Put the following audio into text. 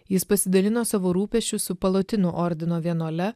jis pasidalino savo rūpesčiu su palotino ordino vienuole